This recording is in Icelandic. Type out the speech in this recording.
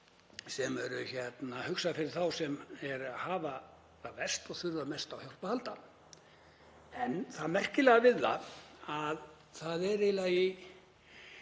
sem eru hugsaðar fyrir þá sem hafa það verst og þurfa mest á hjálp að halda. En það merkilega við það er að